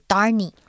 Darney